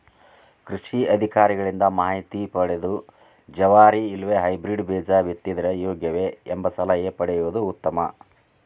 ಕೃಷಿ ಅಧಿಕಾರಿಗಳಿಂದ ಮಾಹಿತಿ ಪದೆದು ಜವಾರಿ ಇಲ್ಲವೆ ಹೈಬ್ರೇಡ್ ಬೇಜ ಬಿತ್ತಿದರೆ ಯೋಗ್ಯವೆ? ಎಂಬ ಸಲಹೆ ಪಡೆಯುವುದು ಉತ್ತಮ